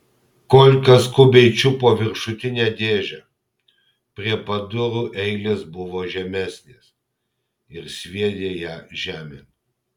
kolka skubiai čiupo viršutinę dėžę prie pat durų eilės buvo žemesnės ir sviedė ją žemėn